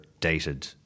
dated